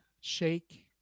Shake